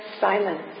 silence